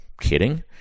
kidding